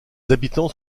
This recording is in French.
habitants